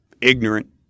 ignorant